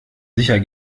sicher